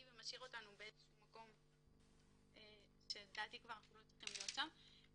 ומשאיר אותנו במקום שאנחנו לא צריכים להיות שם.